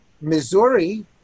Missouri